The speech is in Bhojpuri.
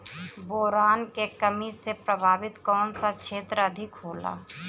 बोरान के कमी से प्रभावित कौन सा क्षेत्र अधिक होला?